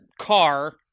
car